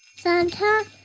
Santa